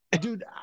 dude